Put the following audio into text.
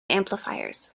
amplifiers